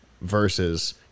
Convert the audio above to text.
Versus